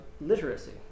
literacy